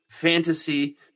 fantasy